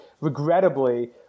Regrettably